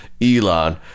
Elon